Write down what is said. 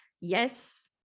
Yes